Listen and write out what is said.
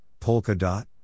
Polkadot